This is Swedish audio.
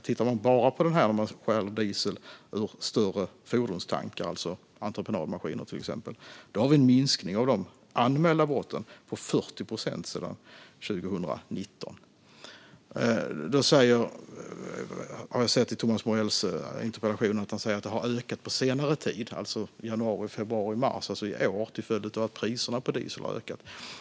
Tittar man bara på stöld av diesel ur större fordonstankar, till exempel entreprenadmaskiner, ser man en minskning av de anmälda brotten med 40 procent sedan 2019. Thomas Morell säger i sin interpellation att stölderna har ökat i januari, februari och mars i år till följd av att priserna på diesel har ökat.